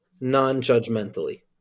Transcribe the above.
non-judgmentally